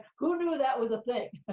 who knew that was a thing.